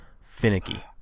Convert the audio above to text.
finicky